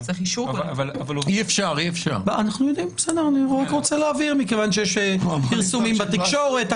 אני רק רוצה להבהיר, מכיוון שיש פרסומים בתקשורת.